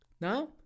Now